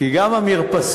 כי גם המרפסות,